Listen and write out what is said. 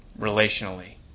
relationally